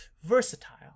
versatile